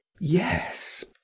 Yes